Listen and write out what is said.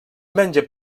menja